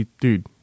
dude